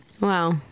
Wow